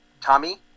Tommy